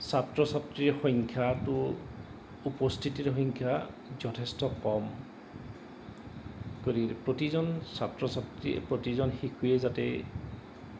ছাত্ৰ ছাত্ৰীৰ সংখ্য্যাটো উপস্থিতিৰ সংখ্যা যথেষ্ট কম কৰি প্ৰতিজন ছাত্ৰ ছাত্ৰীয়ে প্ৰতিজন শিশুৱে যাতে